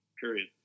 period